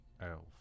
Elf